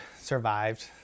survived